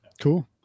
cool